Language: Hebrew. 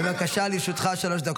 בבקשה, לרשותך שלוש דקות.